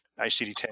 ICD-10